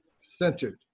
centered